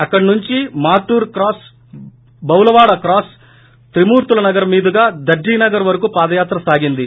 అక్కడి నుంచి Marturu cross Bavulavada cross త్రిమూర్తుల నగర్ మీదుగా ధర్లీనగర్ వరకు పాదయాత్ర సాగింది